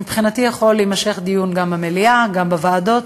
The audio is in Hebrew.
מבחינתי הדיון יכול להימשך גם במליאה, גם בוועדות.